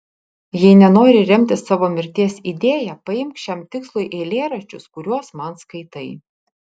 jei nenori remtis savo mirties idėja paimk šiam tikslui eilėraščius kuriuos man skaitai